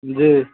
जी